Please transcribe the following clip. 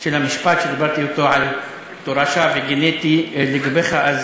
של המשפט, שדיברתי בו על תורשה וגנטיקה לגביך.